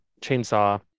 chainsaw